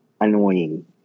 annoying